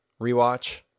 rewatch